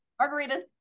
Margaritas